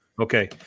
Okay